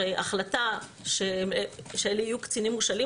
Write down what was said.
הרי החלטה שאלה יהיו קצינים מושאלים